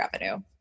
revenue